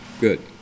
good